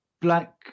black